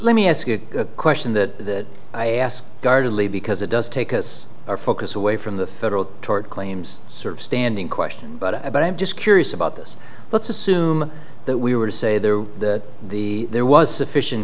let me ask you a question that i ask guardedly because it does take us our focus away from the federal tort claims sort of standing question but i but i'm just curious about this let's assume that we were to say there that the there was sufficient